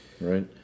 right